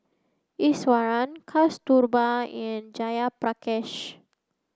Iswaran Kasturba and Jayaprakash